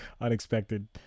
unexpected